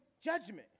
judgment